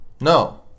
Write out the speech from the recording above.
No